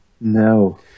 No